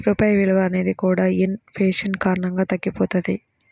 రూపాయి విలువ అనేది కూడా ఇన్ ఫేషన్ కారణంగా తగ్గిపోతది